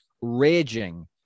raging